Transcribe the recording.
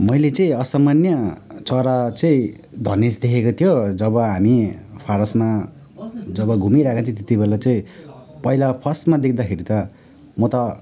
मैले चाहिँ असमान्य चरा चाहिँ धनेश देखेको थियो जब हामी फारसमा जब घुमिराखेको थिएँ त्यति बेला चाहिँ पहिला फर्स्टमा देख्दाखेरि त म त